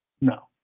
no